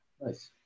nice